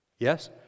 Yes